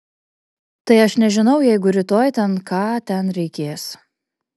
tai aš nežinau jeigu rytoj ten ką ten reikės